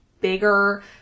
bigger